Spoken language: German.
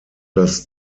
das